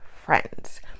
friends